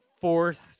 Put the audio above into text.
forced